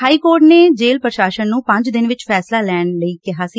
high court ਨੇ ਜੇਲੁ ਪੁਸ਼ਾਸਨ ਨੂੰ ਪੰਜ ਦਿਨ ਵਿਚ ਫੈਸਲਾ ਲੈਣ ਨੂੰ ਕਿਹਾ ਸੀ